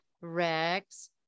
Rex